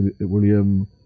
William